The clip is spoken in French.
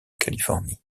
californie